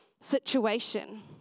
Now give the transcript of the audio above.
situation